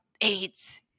AIDS